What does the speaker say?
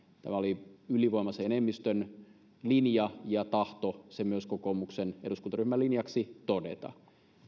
tämä oli ylivoimaisen enemmistön linja ja tahto se myös kokoomuksen eduskuntaryhmän linjaksi todeta